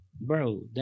Bro